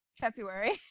February